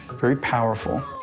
very powerful.